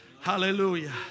Hallelujah